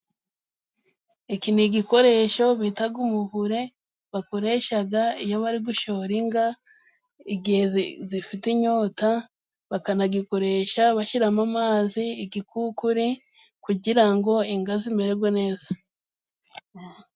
Iki ni igikoresho bitaga umuvure bakoreshaga iyo bari gushora inga igihe zifite inyota bakanagikoresha bashyiramo amazi, igikukuri kugira ngo inga zimererwe neza.